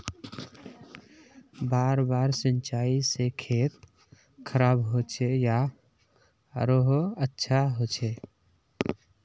बार बार सिंचाई से खेत खराब होचे या आरोहो अच्छा होचए?